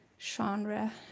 genre